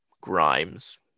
Grimes